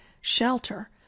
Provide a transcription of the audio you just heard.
shelter